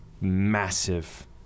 massive